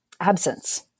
absence